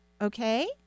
okay